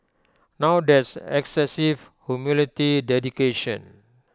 now that's excessive humility dedication